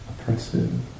oppressive